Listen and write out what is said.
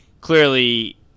clearly